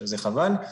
שזה חבל.